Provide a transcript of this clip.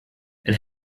and